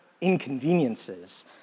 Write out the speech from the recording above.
inconveniences